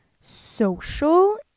social